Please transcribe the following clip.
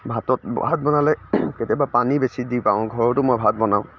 ভাতত ভাত বনালে কেতিয়াবা পানী বেছি দি পাওঁ ঘৰতো মই ভাত বনাওঁ